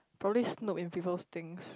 poly's not in people's think